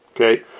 Okay